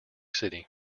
city